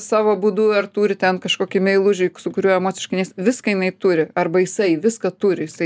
savo būdu ar turi ten kažkokį meilužį su kuriuo emociškai viską jinai turi arba jisai viską turi jisai